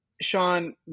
Sean